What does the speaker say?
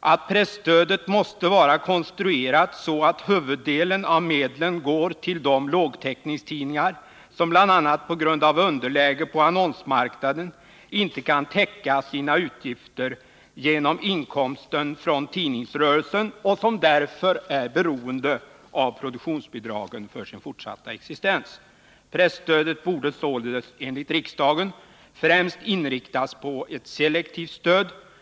att presstödet måste vara konstruerat så att huvuddelen av medlen går till de lågtäckningstidningar som bl.a. på grund av underläge på annonsmarknaden inte kan täcka sina utgifter genom inkomsten från tidningsrörelsen och som därför är beroende av produktionsbidragen för sin fortsatta existens. Presstödet borde således enligt riksdagen främst inriktas på ett selektivt stöd.